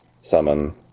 summon